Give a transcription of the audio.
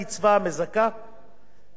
זאת אומרת, 8,190,